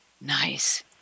Nice